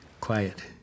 quiet